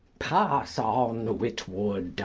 pass on, witwoud.